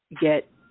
get